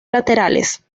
laterales